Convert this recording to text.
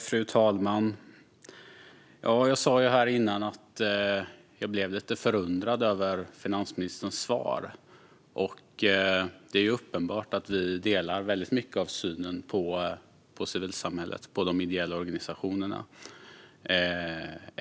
Fru talman! Jag sa tidigare att jag blev lite förundrad över finansministerns svar. Det är uppenbart att vi delar väldigt mycket av synen på civilsamhället och på de ideella organisationerna.